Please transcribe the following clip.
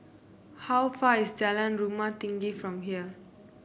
how far is Jalan Rumah Tinggi from here